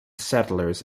settlers